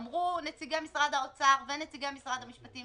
אמרו נציגי משרד האוצר ונציגי משרד המשפטים